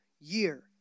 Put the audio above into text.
year